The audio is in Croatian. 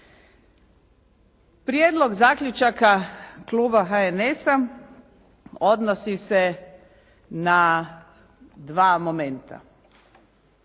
Prijedlog zaključaka kluba HNS-a odnosi se na dva momenta.